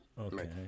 okay